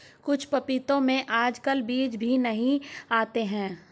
कुछ पपीतों में आजकल बीज भी नहीं आते हैं